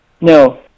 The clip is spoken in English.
No